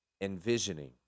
envisioning